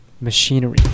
Machinery